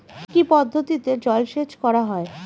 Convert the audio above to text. কি কি পদ্ধতিতে জলসেচ করা হয়?